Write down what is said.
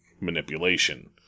manipulation